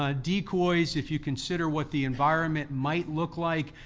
ah decoys, if you consider what the environment might look like,